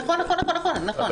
נכון, נכון, נכון, נכון.